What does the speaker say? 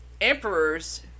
emperors